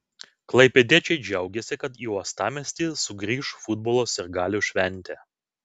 klaipėdiečiai džiaugėsi kad į uostamiestį sugrįš futbolo sirgalių šventė